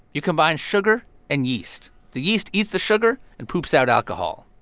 you combine sugar and yeast. the yeast eats the sugar and poops out alcohol.